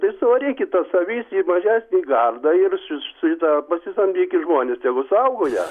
tai suvarykit tas avis į mažesnį gardą ir šitą pasisamdyti žmones tegu saugoja